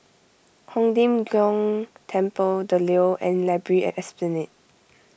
Hong Lim Jiong Temple the Leo and Library at Esplanade